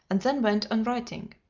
and then went on writing.